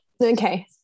Okay